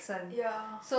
ya